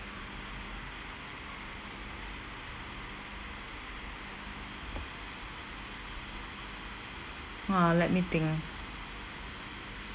!whoa! let me think ah